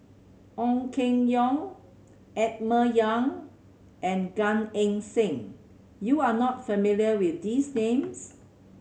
Ong Keng Yong Emma Yong and Gan Eng Seng you are not familiar with these names